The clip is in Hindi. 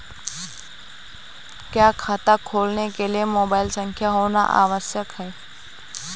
क्या खाता खोलने के लिए मोबाइल संख्या होना आवश्यक है?